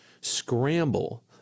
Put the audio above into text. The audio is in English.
scramble